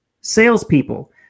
salespeople